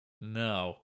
No